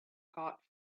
caught